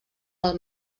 del